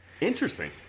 Interesting